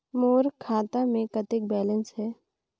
मोर खाता मे कतेक बैलेंस हे?